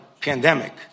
pandemic